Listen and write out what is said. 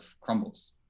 crumbles